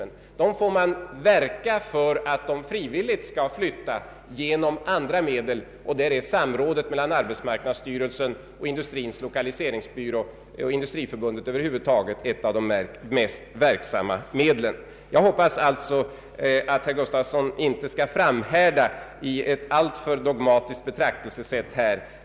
Man får genom andra medel verka för att de frivilligt skall flytta, och där är samrådet mellan arbetsmarknadsstyrelsen och industrins lokaliseringsbyrå och Industriförbundet ett av de mest verksamma medlen. Jag hoppas alltså att herr Nils Eric Gustafsson inte skall framhärda i ett alltför dogmatiskt betraktelsesätt här.